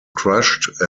crushed